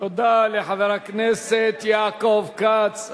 תודה לחבר הכנסת יעקב כץ.